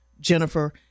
Jennifer